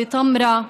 בטמרה,